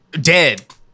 Dead